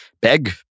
beg